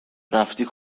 رفتی